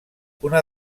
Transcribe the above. una